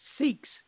seeks